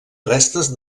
restes